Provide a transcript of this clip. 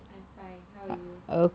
I'm fine how are you